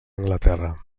anglaterra